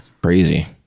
crazy